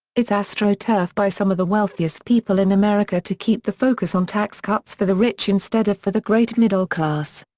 it's astroturf by some of the wealthiest people in america to keep the focus on tax cuts for the rich instead of for the great middle class.